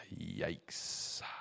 yikes